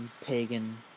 pagan